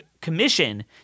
commission